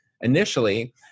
initially